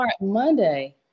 Monday